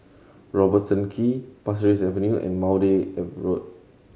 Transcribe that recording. Robertson Quay Pasir Ris Avenue and Maude Road